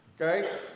Okay